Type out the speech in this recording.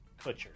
Kutcher